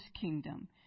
kingdom